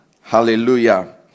hallelujah